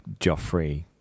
Joffrey